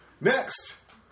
Next